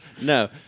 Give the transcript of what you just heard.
no